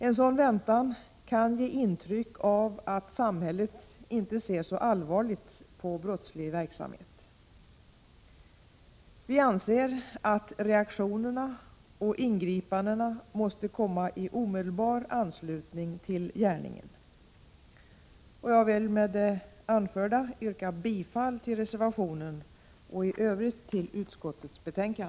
En sådan väntan kan ge intryck av att samhället inte ser så allvarligt på brottslig verksamhet. Vi anser att reaktionerna och ingripandena måste komma i omedelbar anslutning till gärningen. Jag vill med det anförda yrka bifall till reservationen och i övrigt till utskottets hemställan.